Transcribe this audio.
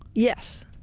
yes.